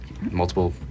multiple